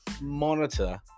monitor